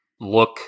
look